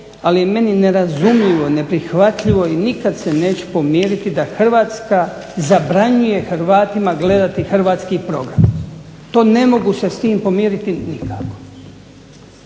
je meni nerazumljivo i neprihvatljivo i nikad se neću pomiriti da Hrvatska zabranjuje Hrvatima gledati hrvatski program. To ne mogu se s tim pomiriti nikako.